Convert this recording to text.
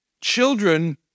Children